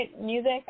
music